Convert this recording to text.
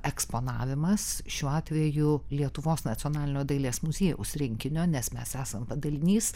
eksponavimas šiuo atveju lietuvos nacionalinio dailės muziejaus rinkinio nes mes esam padalinys